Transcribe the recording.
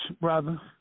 brother